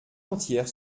entière